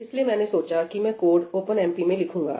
इसलिए मैंने सोचा कि मैं कोड OpenMP में लिखूंगा